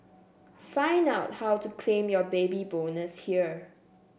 find out how to claim your Baby Bonus here